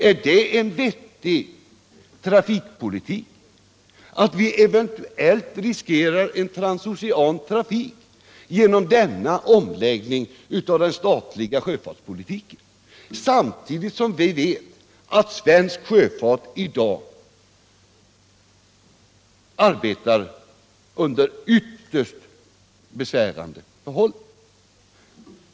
Är det en vettig trafikpolitik att vi eventuellt riskerar att förlora en transocean trafik genom en omläggning av den statliga sjöfartspolitiken, samtidigt som vi vet att svensk sjöfart i dag arbetar under ytterst besvärande förhållanden?